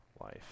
life